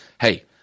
hey